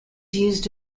used